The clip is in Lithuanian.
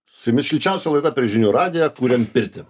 su jumis šilčiausia laida per žinių radiją kuriam pirtį